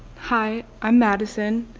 hi, i'm madison.